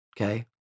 okay